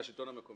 של השלטון המקומי.